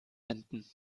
enten